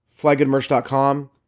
Flygoodmerch.com